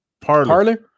parlor